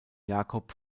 jacob